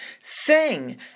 Sing